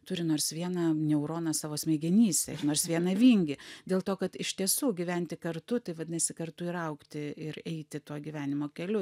turi nors vieną neuroną savo smegenyse ir nors vieną vingį dėl to kad iš tiesų gyventi kartu tai vadinasi kartu ir augti ir eiti tuo gyvenimo keliu